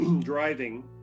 driving